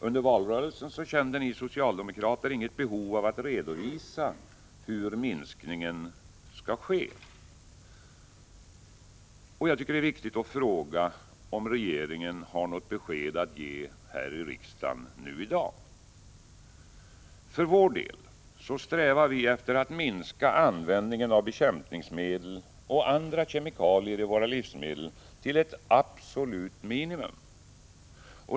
Under valrörelsen kände ni socialdemokrater inget behov av att redovisa hur minskningen skall ske. Jag tycker att det är viktigt att ställa frågan om regeringen på den punkten har något besked att ge här i riksdagen nu i dag. För vår del strävar vi efter att minska användningen av bekämpningsmedel och andra kemikalier i våra livsmedel till ett absolut minimum.